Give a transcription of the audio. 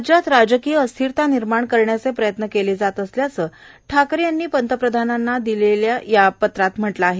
राज्यात राजकीय अस्थिरता निर्माण करण्याचे प्रयत्न केले जात असल्याचं ठाकरे यांनी पंतप्रधानांना सांगितल्याचं या वृतात म्हटलं आहे